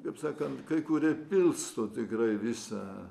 kaip sakant kai kūrie pilsto tikrai visą